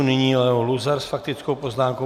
Nyní Leo Luzar s faktickou poznámkou.